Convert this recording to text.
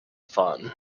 fun